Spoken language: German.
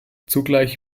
zugleich